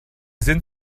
sind